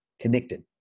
connected